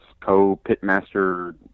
co-pitmaster